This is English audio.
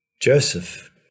Joseph